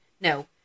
No